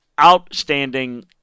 Outstanding